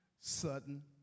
sudden